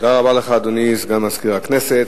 תודה רבה לך, אדוני, סגן מזכיר הכנסת.